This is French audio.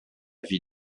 vie